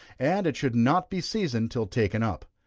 and it should not be seasoned till taken up.